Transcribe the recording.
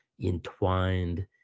entwined